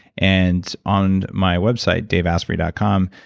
and on my website, daveasprey dot com,